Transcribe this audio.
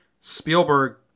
spielberg